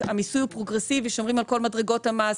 המיסוי הוא פרוגרסיבי; אנחנו שומרים על כל מדרגות המס,